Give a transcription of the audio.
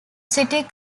city